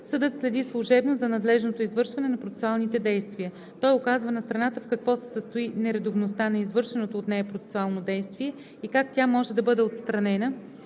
Съдът следи служебно за надлежното извършване на процесуалните действия. Той указва на страната в какво се състои нередовността на извършеното от нея процесуално действие и как тя може да бъде отстранена,